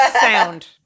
Sound